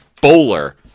Bowler